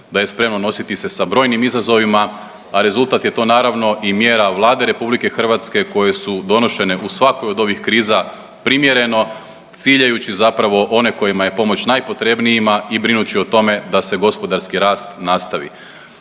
da je spremno nositi se sa brojim izazovima, a rezultat je to naravno i mjera Vlade RH koje su donošene u svakoj od ovih kriza primjereno, ciljajući zapravo one kojima je pomoć najpotrebnijima i brinući o tome da se gospodarski rast nastavi.